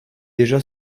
déjà